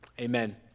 Amen